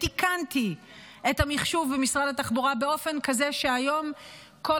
ותיקנתי את המחשוב במשרד התחבורה באופן כזה שהיום כל